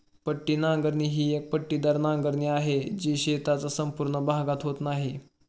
पट्टी नांगरणी ही एक पट्टेदार नांगरणी आहे, जी शेताचा संपूर्ण भागात होत नाही